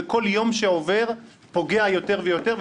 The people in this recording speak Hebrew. וכל יום שעובר פוגע יותר ויותר.